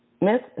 Miss